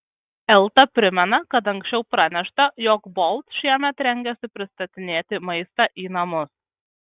elta primena kad anksčiau pranešta jog bolt šiemet rengiasi pristatinėti maistą į namus